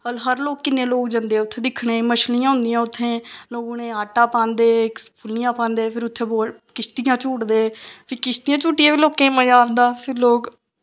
हर लोग किन्ने लोग जंदे उत्थें दिक्खने ई मच्छलियां होंदियां उत्थें लोग उ'नेंगी आटा पांदे फुल्लड़ियां पांदे फिर उत्थै किश्तियां झूटदे फ्ही किस्तियां झुटियै बी लोकें गी मज़ा आंदा फिर लोग